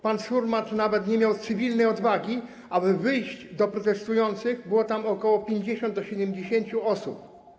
Pan Surmacz nawet nie miał cywilnej odwagi, aby wyjść do protestujących, a było tam ok. 50 do 70 osób.